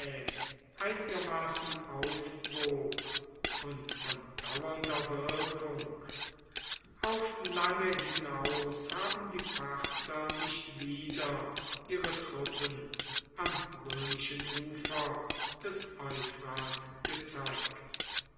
einigermaßen aufwog und von dauernder wirkung auf lange hinaus haben die parther nicht wieder ihre truppen am römischen ufer des euphrat gezeigt